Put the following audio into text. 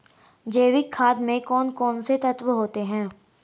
जैविक खाद में कौन कौन से तत्व होते हैं?